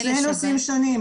אלה נושאים שונים,